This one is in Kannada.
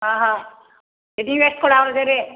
ಹಾಂ ಹಾಂ ನೀವು ಎಷ್ಟು ಕೊಡೋವ್ರ್ ಇದ್ದೀರಿ